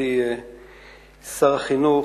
מכובדי שר החינוך,